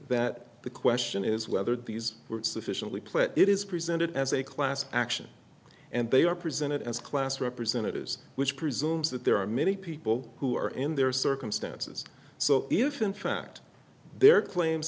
that the question is whether these were sufficiently put it is presented as a class action and they are presented as class representatives which presumes that there are many people who are in their circumstances so if in fact their claims